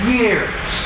years